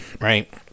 right